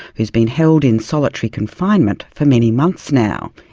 who's been held in solitary confinement for many months now.